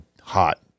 hot